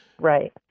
Right